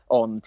on